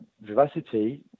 vivacity